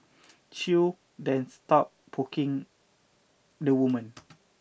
Chew then stopped poking the woman